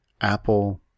Apple